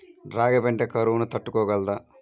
రాగి పంట కరువును తట్టుకోగలదా?